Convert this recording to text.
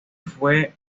fue